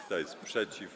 Kto jest przeciw?